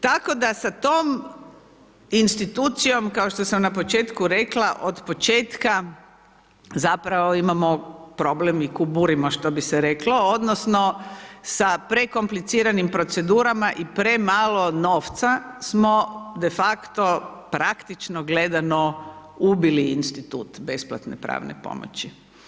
Tako da sa tom institucijom kao što sam na početku rekla od početka zapravo imamo problem i kuburimo što bi se reklo, odnosno sa prekompliciranim procedurama i premalo novca smo de facto, praktično gledano ubili institut besplatne pravne pomoći.